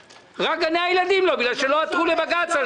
רק גני הילדים לא, בגלל שלא עתרו לבג"ץ על זה.